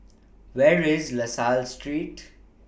Where IS La Salle Street